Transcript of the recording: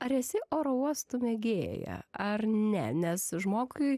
ar esi oro uostų mėgėja ar ne nes žmogui